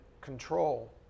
control